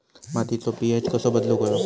मातीचो पी.एच कसो बदलुक होयो?